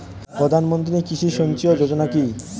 প্রধানমন্ত্রী কৃষি সিঞ্চয়ী যোজনা কি?